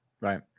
right